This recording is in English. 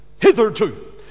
hitherto